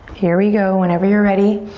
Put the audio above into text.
here we go, whenever you're ready.